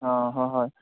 অঁ হয় হয়